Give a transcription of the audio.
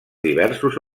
diversos